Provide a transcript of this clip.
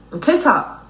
TikTok